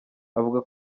avuga